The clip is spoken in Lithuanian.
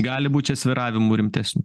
gali būt čia svyravimų rimtesnių